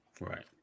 Right